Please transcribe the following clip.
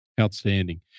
Outstanding